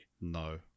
No